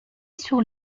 sur